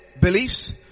beliefs